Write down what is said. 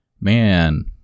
Man